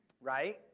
Right